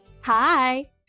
Hi